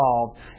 involved